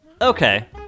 Okay